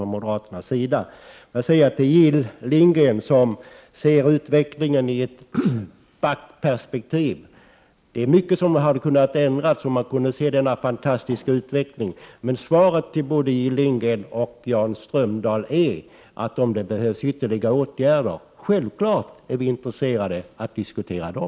16 december 1988 Jill Lindgren ser utvecklingen i ett backperspektiv. Mycket hade kunnat ändras om man hade kunnat se denna fantastiska utveckling, men svaret till Kra oa både Jill Lindgren och Jan Strömdahl är att om det behövs ytterligare FYETSUERIG m.m. åtgärder är vi självfallet intresserade av att diskutera dem.